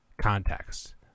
context